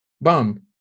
bam